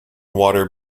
water